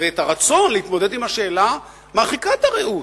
ואת הרצון להתמודד עם השאלה מרחיקת הראות: